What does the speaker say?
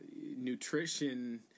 nutrition